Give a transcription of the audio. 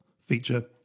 feature